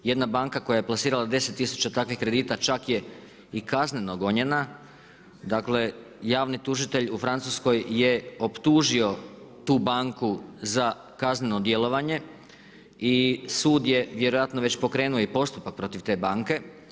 Jedna banka koja je plasirala deset tisuća takvih kredita čak je i kaznenog gonjenja, dakle javni tužitelj u Francuskoj je optužio tu banku za kazneno djelovanje i sud je vjerojatno već pokrenuo i postupak protiv te banke.